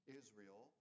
israel